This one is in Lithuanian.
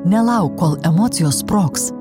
nelauk kol emocijos sprogs